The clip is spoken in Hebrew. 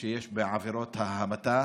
שיש בעבירות ההמתה.